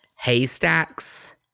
haystacks